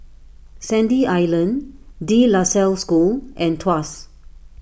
Sandy Island De La Salle School and Tuas